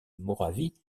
moravie